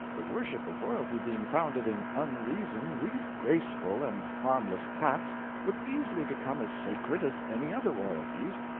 the worship of royalty being founded in unreason, these graceful and harmless cats would easily become as sacred as any other royalties,